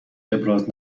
ابراز